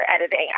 editing